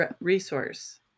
resource